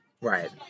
Right